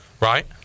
Right